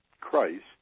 Christ